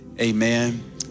amen